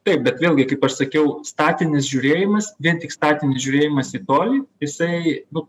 taip bet vėlgi kaip aš sakiau statinis žiūrėjimas vien tik statinis žiūrėjimas į tolį jisai nu